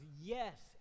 yes